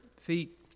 feet